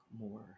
more